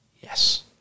Yes